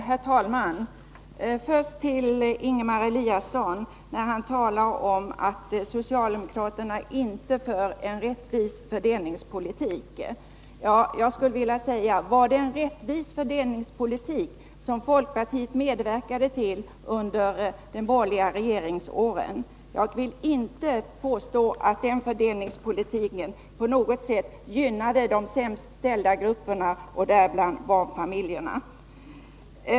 Herr talman! Ingemar Eliasson talar om att socialdemokraterna inte för en rättvis fördelningspolitik. Jag skulle vilja säga: Var det en rättvis fördelningspolitik som folkpartiet medverkade till under de borgerliga regeringsåren? Jag vill inte påstå att den fördelningspolitiken på något sätt gynnade de sämst ställda grupperna, däribland barnfamiljerna.